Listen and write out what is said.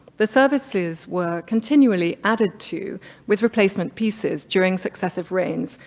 the services were continually added to with replacement pieces during successive reigns,